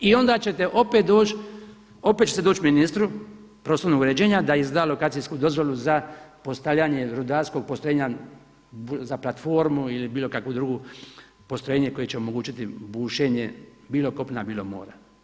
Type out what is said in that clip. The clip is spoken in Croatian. I onda ćete opet doći, opet ćete doći ministru prostornog uređenja da izda lokacijsku dozvolu za postavljanje rudarskog postrojenja za platformu ili bilo kakvo drugo postrojenje koje će omogućiti bušenje bilo kopna, bilo mora.